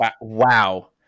Wow